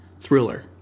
thriller